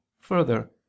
Further